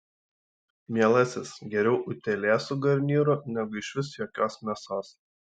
mielasis geriau utėlė su garnyru negu išvis jokios mėsos